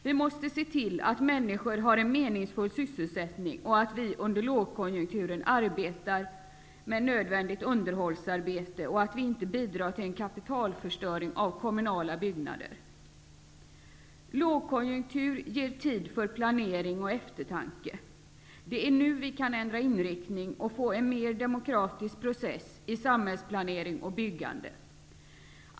Vi måste se till att människor har en menings full sysselsättning, att vi under lågkonjunkturen gör nödvändiga underhållningsarbeten och att vi inte bidrar till den kapitalförstöring det innebär att låta kommunala byggnader förfalla. Lågkonjunktur ger tid för planering och efter tanke. Det är nu vi kan ändra inriktning och få en mer demokratisk process i samhällsplanering och byggande.